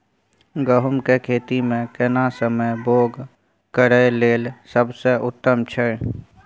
गहूम के खेती मे केना समय बौग करय लेल सबसे उत्तम छै?